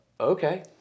Okay